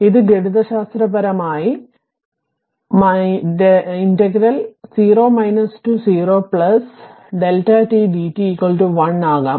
ഇത് ഗണിതശാസ്ത്രപരമായി 0 0Δ t d t 1 ആകാം